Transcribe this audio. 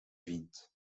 vindt